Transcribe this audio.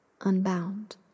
unbound